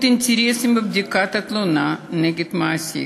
אינטרסים בבדיקת התלונה נגד מעסיק.